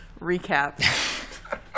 recap